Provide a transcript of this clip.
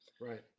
Right